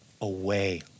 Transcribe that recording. away